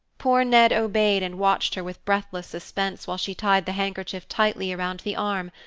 poor ned obeyed and watched her with breathless suspense while she tied the handkerchief tightly around the arm,